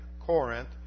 Corinth